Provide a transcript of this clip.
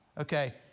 okay